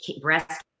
breast